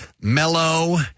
mellow